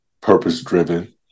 purpose-driven